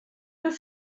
deux